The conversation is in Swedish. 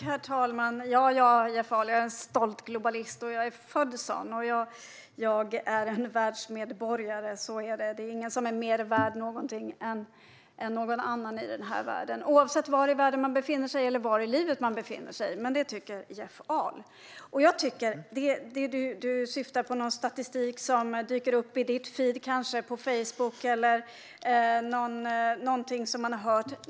Herr talman! Ja, Jeff Ahl, jag är en stolt globalist, och jag är född sådan. Jag är en världsmedborgare - så är det. Det är ingen som är mer värd än någon annan i den här världen, oavsett var i världen eller i livet man befinner sig, men det tycker Jeff Ahl. Du syftar på statistik som kanske dyker upp i ditt feed på Facebook eller på något man har hört.